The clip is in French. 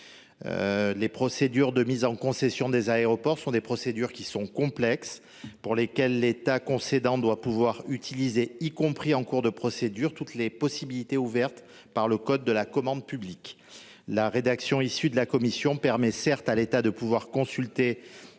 Les procédures de mise en concession des aéroports sont des procédures complexes, pour lesquelles l’État concédant doit pouvoir utiliser, y compris en cours d’instruction, toutes les possibilités offertes par le code de la commande publique. La rédaction issue des travaux de la commission permet à l’État de consulter